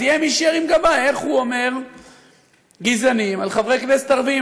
אז יהיה מי שירים גבה: איך הוא אומר "גזענים" על חברי כנסת ערבים?